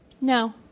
No